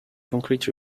concrete